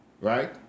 right